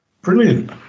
brilliant